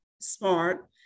smart